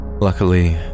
Luckily